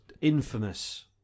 infamous